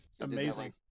amazing